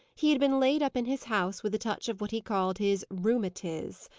he had been laid up in his house, with a touch of what he called his rheumatiz.